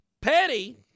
Petty